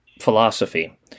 philosophy